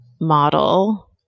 model